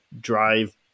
drive